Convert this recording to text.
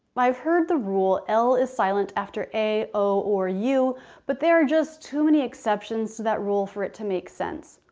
i've heard the rule l is silent after a, o or u but there are just too many exceptions to that rule for it to make sense.